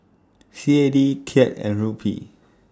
C A D Kyat and Rupee